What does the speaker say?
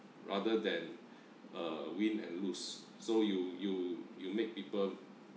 rather than a win and lose so you you you make people